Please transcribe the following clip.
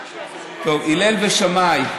טוב, הלל ושמאי,